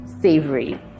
Savory